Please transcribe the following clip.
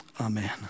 Amen